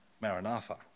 Maranatha